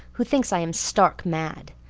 who thinks i'm stark mad.